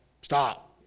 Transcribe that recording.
stop